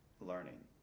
learning